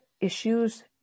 issues